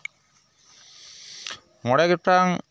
ᱢᱚᱬᱮ ᱜᱚᱴᱟᱝ